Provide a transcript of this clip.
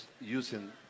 using